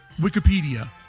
Wikipedia